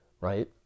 right